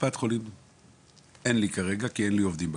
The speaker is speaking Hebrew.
בקופ"ח אין לי כרגע כי אין לי עובדים בקופ"ח.